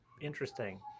interesting